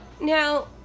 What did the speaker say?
now